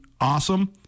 awesome